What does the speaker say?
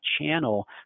channel